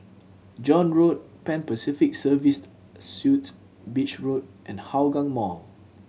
John Road Pan Pacific Serviced Suites Beach Road and Hougang Mall